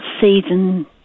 season